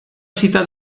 cita